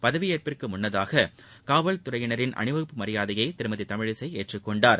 பதவியேற்புக்கு முன்னதாக காவல்துறையினரின் அணிவகுப்பு மரியாதையை திருமதி தமிழிசை ஏற்றுக்கொண்டார்